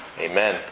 Amen